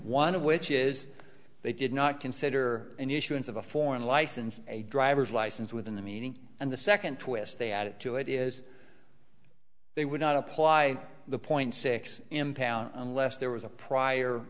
one of which is they did not consider an issue of a foreign license a driver's license within the meaning and the second twist they added to it is they would not apply the point six impound unless there was a prior